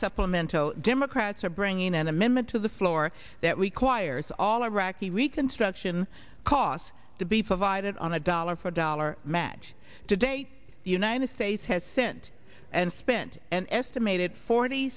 supplemental democrats are bringing an amendment to the floor that requires all iraqi reconstruction costs to be provided on a dollar for dollar match today the united states has sent and spent an estimated forty